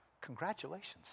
congratulations